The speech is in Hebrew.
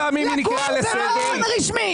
ראש הממשלה שלכם צריך לגור במעון רשמי.